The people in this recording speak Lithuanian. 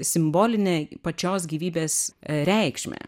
simbolinę pačios gyvybės reikšmę